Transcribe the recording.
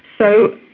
so,